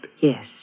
Yes